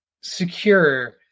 secure